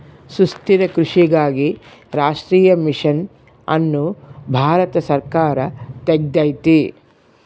ಸುಸ್ಥಿರ ಕೃಷಿಗಾಗಿ ರಾಷ್ಟ್ರೀಯ ಮಿಷನ್ ಅನ್ನು ಭಾರತ ಸರ್ಕಾರ ತೆಗ್ದೈತೀ